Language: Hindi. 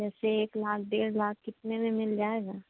हाँ तो जैसे एक लाख डेढ़ लाख कितने में मिल जाएगा